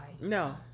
No